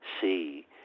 see